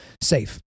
safe